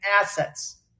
assets